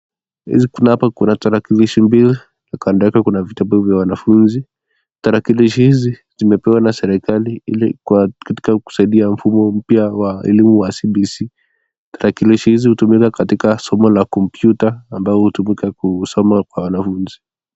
Hapa kuna tarakilishi mbili na kando yake vitabu mbili ya wanafunzi. Tarakilishi kimepewa na serikali ili kusaidia katika mfumo mpya wa kielimu ya cbc,tarakilishi hizi hutumika katika somo la komputa ambao hutumika kusoma kwa wanafunzi.